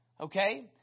Okay